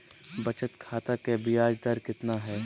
बचत खाता के बियाज दर कितना है?